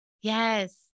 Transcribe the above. Yes